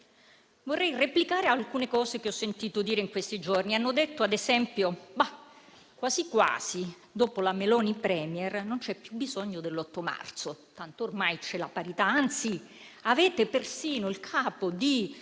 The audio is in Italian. vorrei replicare ad alcune cose che ho sentito dire in questi giorni. Si è detto, ad esempio: quasi quasi, dopo la Meloni *premier*, non c'è più bisogno dell'8 marzo, tanto ormai c'è la parità; anzi, avete persino il segretario